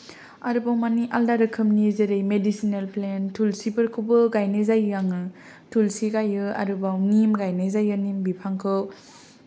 आरोबाव मानि आलदा रोखोमनि जेरै मेडिसिनेल प्लेन थुलसिफोरखौबो गायनाय जायो आङो थुलसि गाइयो आरोबाव निम गाइनाय जायो निम बिफांखौ